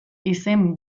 izen